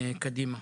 קדימה.